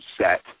set